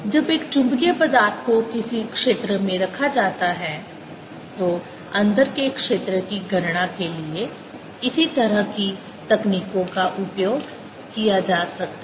जब एक चुंबकीय पदार्थ को किसी क्षेत्र में रखा जाता है तो अंदर के क्षेत्र की गणना के लिए इसी तरह की तकनीकों का उपयोग किया जा सकता है